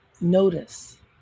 notice